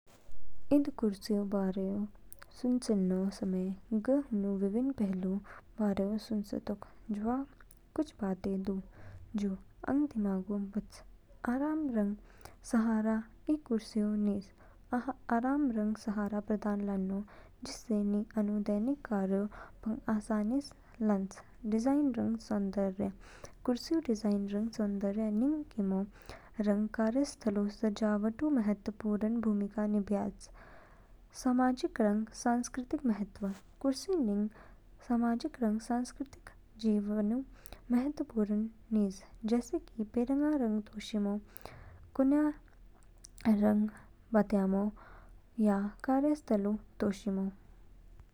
इद कुर्सीऊ बारे सुचेनो समय, ग हुजू विभिन्न पहलुओं बारे सूचेतोक। जवा कुछ बातें दू, जो अंग दिमागोबच। आराम रंग सहारा इ कुर्सी निगु आराम रंग सहारा प्रदान लानतो, जिससे नि आनु दैनिक कार्यों पंग आसानी इस लान्च। डिज़ाइन रंग सौंदर्य कुर्सीऊ डिज़ाइन रंग सौंदर्य निग किमो रंग कार्यस्थलोंऊ सजावटऊ महत्वपूर्ण भूमिका निभयाच। सामाजिक रंग सांस्कृतिक महत्व कुर्सी निग सामाजिक रंग सांस्कृतिक जीवनऊ महत्वपूर्ण नीज, जैसे कि पेरंगा रंग तोशिमो, कोनया रंग बतयामो या कार्यस्थलऊ तोशिमो।